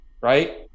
right